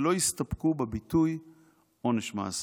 ולא הסתפקו בביטוי "עונש מאסר".